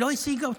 שלא השיגה אותם,